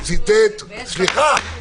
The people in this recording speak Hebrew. ויש דברים חשובים.